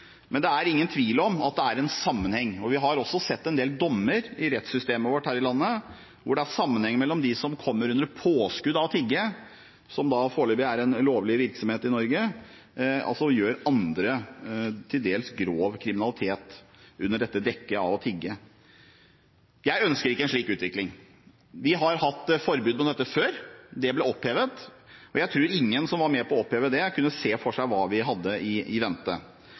men det er ingen tvil om at det er en sammenheng. Vi har også sett en del dommer i rettssystemet her i landet, hvor det påvises en sammenheng: De som kommer under påskudd av å tigge, som foreløpig er en lovlig virksomhet i Norge, gjør til dels grov kriminalitet under dette dekket av å tigge. Jeg ønsker ikke en slik utvikling. Vi har hatt forbud mot dette før. Det ble opphevet. Jeg tror ingen som var med på å oppheve det, kunne se for seg hva vi hadde i vente.